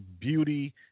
beauty